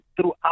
throughout